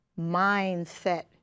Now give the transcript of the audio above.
mindset